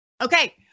Okay